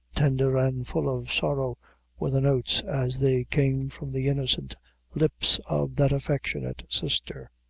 tender and full of sorrow were the notes as they came from the innocent lips of that affectionate sister.